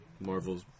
Marvel's